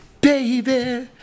baby